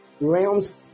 realms